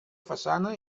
façana